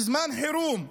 בזמן חירום,